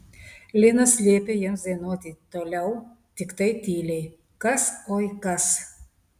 linas liepė jiems dainuoti toliau tiktai tyliai kas oi kas